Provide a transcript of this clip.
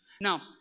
Now